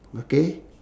okay